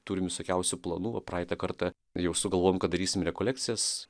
turim visokiausių planų praeitą kartą jau sugalvojom kad darysim rekolekcijas